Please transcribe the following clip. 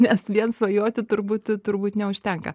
nes vien svajoti turbūt turbūt neužtenka